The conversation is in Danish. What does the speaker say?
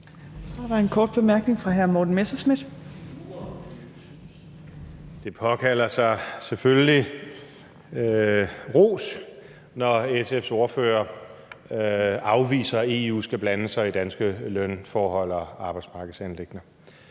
Det påkalder sig selvfølgelig ros, når SF's ordfører afviser, at EU skal blande sig i danske lønforhold og arbejdsmarkedsanliggender.